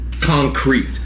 concrete